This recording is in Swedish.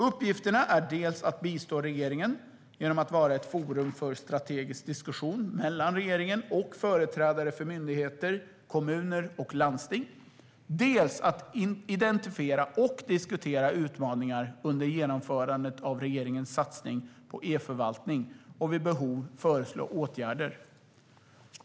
Uppgifterna är dels att bistå regeringen genom att vara ett forum för strategisk diskussion mellan regeringen och företrädare för myndigheter, kommuner och landsting, dels att identifiera och diskutera utmaningar under genomförandet av regeringens satsning på e-förvaltning och vid behov föreslå åtgärder.